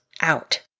out